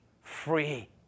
free